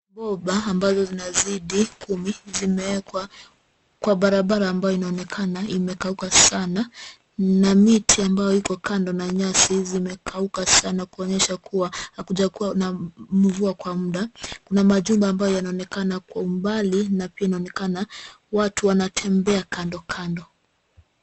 Bomba ambazo zinazidi kumi zimewekwa kwa barabara ambayo inaonekana imekauka sana na miti ambayo iko kando na nyasi zimekauka sana kuonyesha kuwa hakujakuwa na mvua kwa muda. Kuna majumba ambayo yanaonekana kwa umbali na pia inaonekana watu wanatembea kandokando.